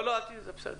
זה בסדר.